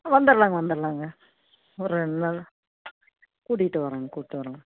வந்தடலாங்க வந்தடலாங்க ஒரு ரெண்டு நாள் கூட்டிக்கிட்டு வரோங் கூட்டு வரோங்